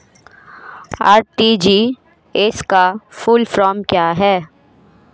RTGS का full form क्या है?